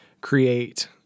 create